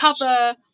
cover